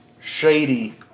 Shady